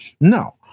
No